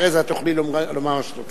אחרי זה את תוכלי לומר מה שתרצי.